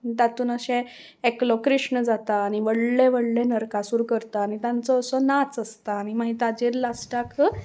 तातून अशें एकलो कृष्ण जाता आनी व्हडले व्हडले नरकासूर करता आनी तांचो असो नाच आसता आनी मागीर ताचेर लास्टाक